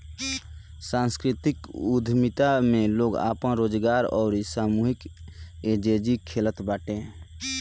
सांस्कृतिक उद्यमिता में लोग आपन रोजगार अउरी सामूहिक एजेंजी खोलत बाटे